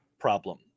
problem